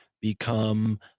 become